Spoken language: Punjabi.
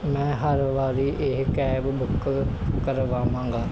ਮੈਂ ਹਰ ਵਾਰੀ ਇਹ ਕੈਬ ਬੁੱਕ ਕਰਵਾਵਾਂਗਾ